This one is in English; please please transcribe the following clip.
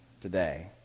today